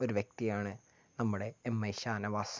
ഒരു വ്യക്തിയാണ് നമ്മുടെ എം ഐ ഷാനവാസ്